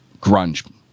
grunge